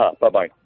Bye-bye